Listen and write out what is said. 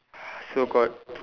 so got